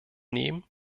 nehmen